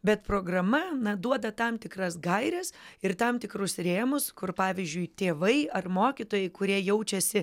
bet programa duoda tam tikras gaires ir tam tikrus rėmus kur pavyzdžiui tėvai ar mokytojai kurie jaučiasi